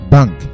Bank